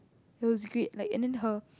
it was great like and then her